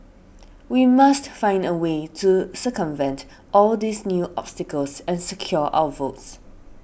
we must find a way to circumvent all these new obstacles and secure our votes